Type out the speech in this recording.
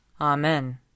Amen